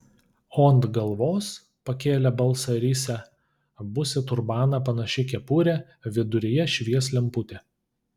o ant galvos pakėlė balsą risia bus į turbaną panaši kepurė viduryje švies lemputė